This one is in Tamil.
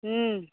ம்